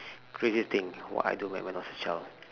craziest thing what I do when when I was a child